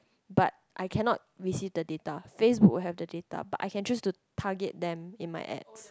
but I cannot receive the data Facebook have the data but I can choose to target them in my ads